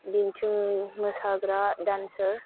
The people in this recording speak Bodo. दिन्थुं मोसाग्रा दान्सार